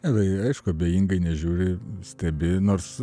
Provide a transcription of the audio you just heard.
aišku abejingai nežiūri stebi nors